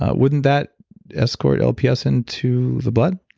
ah wouldn't that escort lps into the blood?